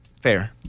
Fair